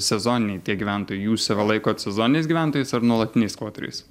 sezoniniai tie gyventojai jūs save laikot sezoniniais gyventojais ar nuolatiniais skvoteriais